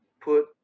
put